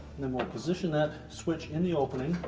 then we'll position that switch in the opening.